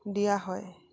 দিয়া হয়